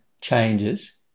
changes